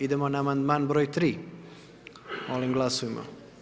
Idemo na amandman broj 3, molim glasujmo.